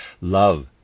Love